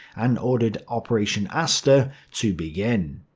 and ordered operation aster to begin.